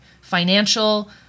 financial